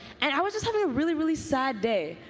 and i was having a really, really sad day.